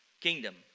kingdom